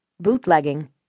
Bootlegging